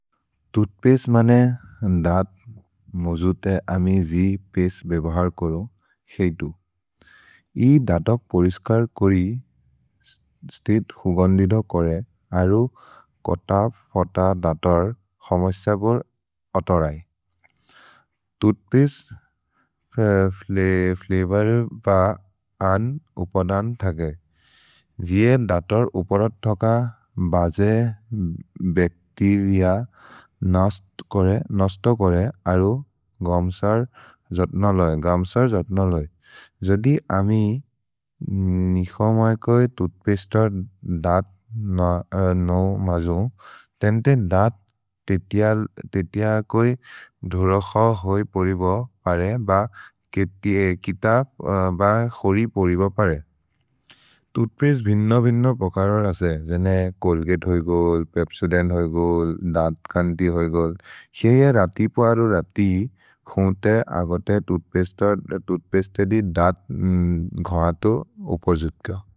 तूथ्पस्ते मने दत् मजुते अमि जि पस्ते बेभहर् करो, हेइतु। इ दतक् पोरिस्कर् करि स्तित् हुगन्दिद करे, अरु कत फत दतर् हमस्यबुर् अतरै। तूथ्पस्ते फ्लवोर् प अन् उपदन् थगे। जिए दतर् उपरर् थक बजे बच्तेरिअ नस्तोरे अरु गम्सर् जत्नलै। जदि अमि निकमै कोइ तूथ्पस्ते अर् दत् नौ मजुन्, तेन् ते दत् ते तिअ कोइ धोरक होइ पोरिब परे, ब केतिए कितप् ब खोरि पोरिब परे। तूथ्पस्ते भिन्नो भिन्नो पकरर् असे, जने छोल्गते होइ गोल्, पेप्सोदेन्त् होइ गोल्, दत् कन्ति होइ गोल्। हिए रति परु रति, खुṭए अगते तूथ्पस्ते दि दत् गहतो उपर्जुत् किअ।